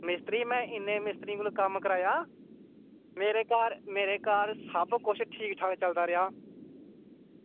मिस्तरी में इन्ने मिस्तरी कोल कम्म कराया मेरे घर मेरे घर सब कुछ ठीक ठाक चलदा रेहा